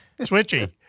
Switchy